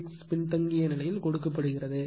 6 பின்தங்கிய நிலையில் கொடுக்கப்படுகிறது